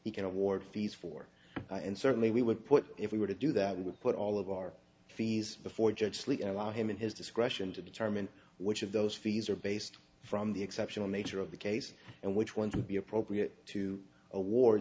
he can award fees for and certainly we would put if we were to do that we would put all of our fees before judge sleet and allow him in his discretion to determine which of those fees are based from the exceptional nature of the case and which ones would be appropriate to awar